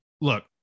look